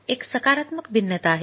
एक सकारात्मक भिन्नता आहे